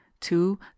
two